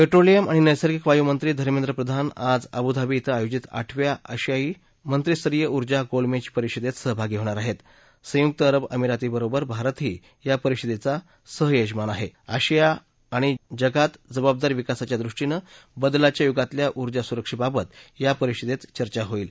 petroleum आणि नैर्सगिक वायूपंत्री धर्मेंद्र प्रधान आज आबुधाबी इथं आयोजित आठव्या आशियाई मंत्रिस्तरीय उर्जा गोलमत्त्री परिषदर्त सहभागी होणार आहृत संयुक्त अरब अमिरातीबरोबर भारतही या परिषदर्दी सह यजमान आह आशिया आणि जगातही जबाबदार विकासाच्या दृष्टीनं बदलाच्या युगातल्या उर्जा सुरक्षात्रित या परिषदर्व चर्चा होईल